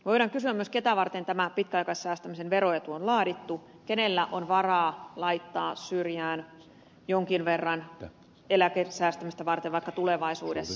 voidaan kysyä myös ketä varten tämä pitkäaikaissäästämisen veroetu on laadittu kenellä on varaa laittaa syrjään jonkin verran vaikka eläkesäästämistä varten tulevaisuudessa